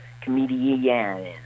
Comedian